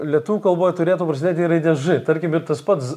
lietuvių kalboj turėtų prasidėti raide ž tarkim ir tas pats